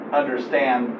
understand